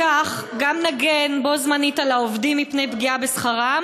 בכך גם נגן בו-בזמן על העובדים מפני פגיעה בשכרם